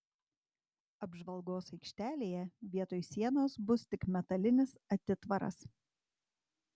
apžvalgos aikštelėje vietoj sienos bus tik metalinis atitvaras